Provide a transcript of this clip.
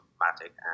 automatic